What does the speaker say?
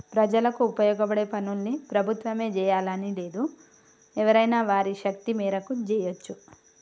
ప్రజలకు ఉపయోగపడే పనుల్ని ప్రభుత్వమే జెయ్యాలని లేదు ఎవరైనా వారి శక్తి మేరకు జెయ్యచ్చు